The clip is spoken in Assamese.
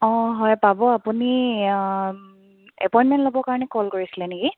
অঁ হয় পাব আপুনি এপইণ্টমেণ্ট ল'ব কাৰণে কল কৰিছিলে নেকি